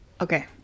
Okay